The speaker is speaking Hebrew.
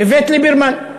איווט ליברמן.